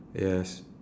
yes